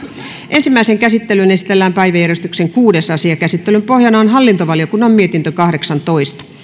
ensimmäiseen käsittelyyn esitellään päiväjärjestyksen kuudes asia käsittelyn pohjana on hallintovaliokunnan mietintö kahdeksantoista